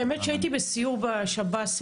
האמת שהייתי בסיור בשב"ס,